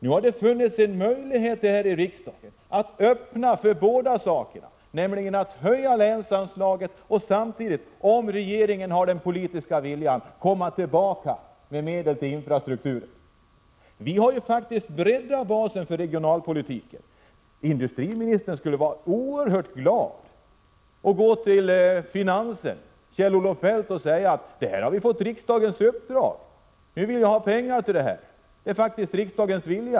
Nu har det funnits en möjlighet här i riksdagen att vidta båda dessa åtgärder, nämligen att höja länsanslaget och samtidigt, om regeringen har den politiska viljan, öka medlen till infrastrukturen. Vi har ju faktiskt breddat basen för regionalpolitiken. Industriministern borde vara oerhört glad och gå till finansdepartementet och Kjell-Olof Feldt och säga att han har fått riksdagens uppdrag att begära pengar för detta ändamål, eftersom det är riksdagens vilja.